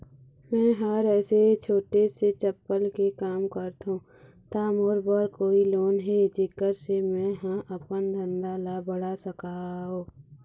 मैं हर ऐसे छोटे से चप्पल के काम करथों ता मोर बर कोई लोन हे जेकर से मैं हा अपन धंधा ला बढ़ा सकाओ?